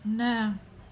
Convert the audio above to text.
न